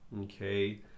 Okay